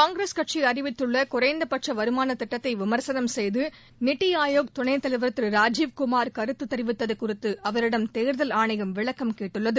காங்கிரஸ் கட்சி அறிவித்துள்ள குறைந்தபட்ச வருமாள திட்டத்தை விமர்சனம் செய்து நிதி ஆயோக் துணைத் தலைவர் திரு ராஜீவ்குமார் கருத்து தெரிவித்தது குறித்து அவரிடம் தேர்தல் ஆணையம் விளக்கம் கேட்டுள்ளது